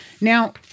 Now